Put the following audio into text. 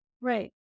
right